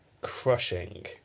crushing